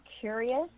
curious